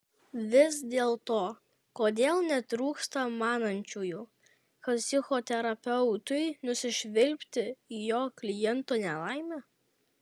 vis dėlto kodėl netrūksta manančiųjų kad psichoterapeutui nusišvilpti į jo kliento nelaimę